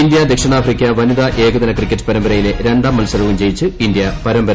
India ദക്ഷിണാഫ്രിക്ക വനിതാ ഏകദിന ക്രിക്കറ്റ് പരമ്പരയിലെ രണ്ടാം മത്സരവും ജയിച്ച് ഇന്ത്യ പരമ്പര